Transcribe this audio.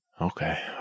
Okay